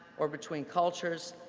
or between cultures,